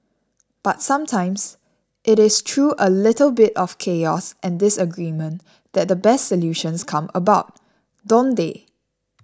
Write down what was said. but sometimes it is through a little bit of chaos and disagreement that the best solutions come about don't they